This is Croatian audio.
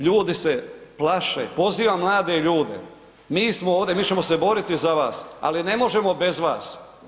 Ljudi se plaše, poziv mlade ljude, mi smo ovdje, mi ćemo se boriti za vas, ali ne možemo bez vas.